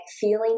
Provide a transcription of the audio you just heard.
feeling